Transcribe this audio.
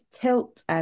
tilt